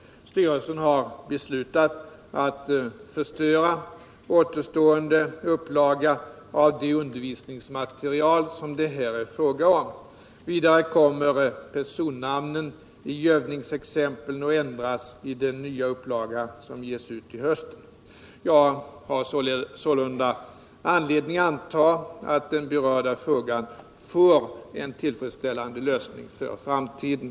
Styrelsen har beslutat att förstöra återstående upplaga av det undervisningsmaterial som det här är fråga om. Vidare kommer personnamnen i övningsexemplen att ändras i den nya upplaga som ges ut till hösten.